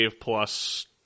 plus